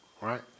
right